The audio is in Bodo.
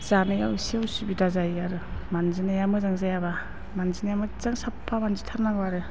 जानायाव इसे असुबिदा जायो आरो मान्जिनाया मोजां जायाबा मान्जिनाया मोजां साफा मान्जिथारनांगौ आरो